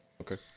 Okay